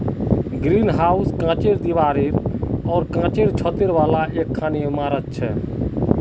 greenhouse कांचेर दीवार आर कांचेर छत वाली एकखन इमारत छिके